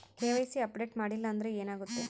KYC update ಮಾಡಿಲ್ಲ ಅಂದ್ರೆ ಏನಾಗುತ್ತೆ?